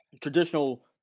traditional